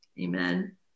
Amen